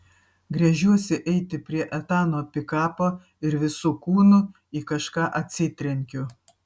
gręžiuosi eiti prie etano pikapo ir visu kūnu į kažką atsitrenkiu